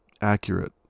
accurate